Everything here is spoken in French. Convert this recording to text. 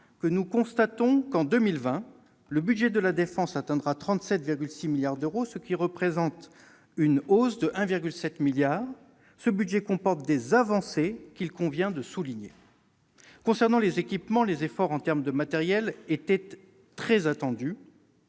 que nous constatons que, en 2020, le budget de la défense atteindra 37,6 milliards d'euros, ce qui représente une hausse de 1,7 milliard d'euros. Ce budget comporte des avancées qu'il convient de souligner. Concernant les équipements, les efforts en termes de matériel étaient très attendus.